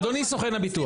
היא חוסכת נטל מהמבוטח.